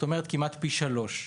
עלייה של כמעט פי שלושה.